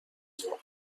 ظهر